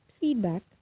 feedback